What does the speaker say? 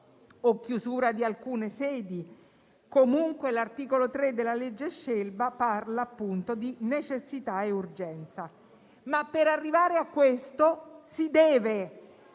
o chiusura di alcune sedi, ma l'articolo 3 della legge Scelba parla di necessità e urgenza. Per arrivare a questo si deve